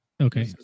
Okay